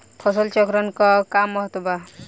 फसल चक्रण क का महत्त्व बा?